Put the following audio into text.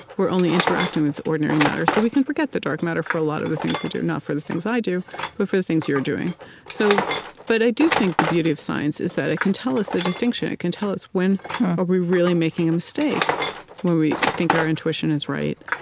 we're only interacting with ordinary matter, so we can forget the dark matter for a lot of the things we do not for the things i do, but for the things you're doing so but i do think the beauty of science is that it can tell us the distinction. it can tell us, when are we really making a mistake when we think our intuition is right?